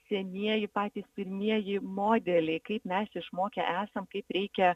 senieji patys pirmieji modeliai kaip mes išmokę esam kaip reikia